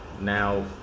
Now